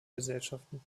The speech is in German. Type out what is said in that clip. gesellschaften